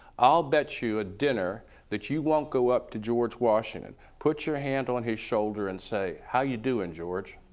i'll bet you a dinner that you won't go up to george washington, put your hand on his shoulder, and say how you doing and george